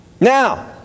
Now